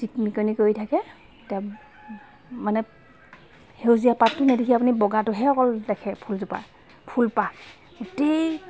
চিকমিকনি কৰি থাকে তেতিয়া মানে সেউজীয়া পাতটো নেদেখি আপুনি বগাটোহে অকল দেখে ফুলজোপা ফুলপাহ গোটেই